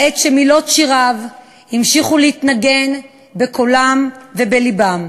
בעת שמילות שיריו המשיכו להתנגן בקולם ובלבם.